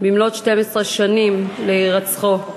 במלאות 12 שנים להירצחו.